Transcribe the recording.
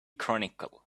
chronicle